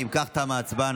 אם כך, תמה ההצבעה.